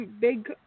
big